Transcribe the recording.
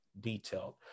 detailed